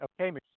Okay